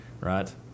right